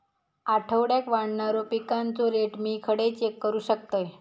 आठवड्याक वाढणारो पिकांचो रेट मी खडे चेक करू शकतय?